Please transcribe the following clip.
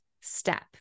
step